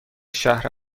شهر